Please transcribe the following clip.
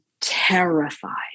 terrified